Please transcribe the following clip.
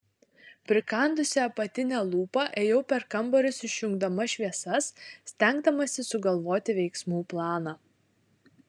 prikandusi apatinę lūpą ėjau per kambarius išjungdama šviesas stengdamasi sugalvoti veiksmų planą